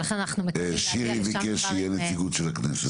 ולכן אנחנו מחכים להגיע לשם --- שירי ביקש שתהיה נציגות של הכנסת.